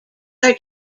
are